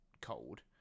cold